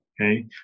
okay